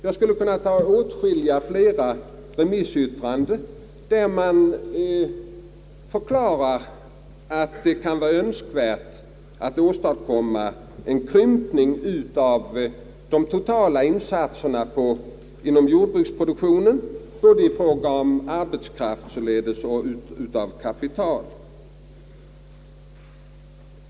Jag skulle kunna återge åtskilligt flera remissyttranden där man förklarar att det kan vara önskvärt att åstadkomma en krympning av de totala insatserna inom jordbruksproduktionen, således både i fråga om arbetskraft och när det gäller kapital.